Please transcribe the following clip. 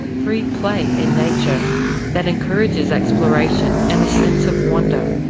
free-play in nature that encourages exploration and a sense of wonder,